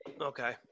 Okay